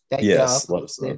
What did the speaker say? yes